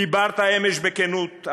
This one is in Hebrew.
‏ דיברת אמש בכנות,